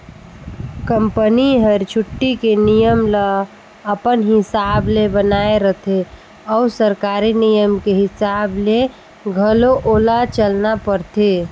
company हर छुट्टी के नियम ल अपन हिसाब ले बनायें रथें अउ सरकारी नियम के हिसाब ले घलो ओला चलना परथे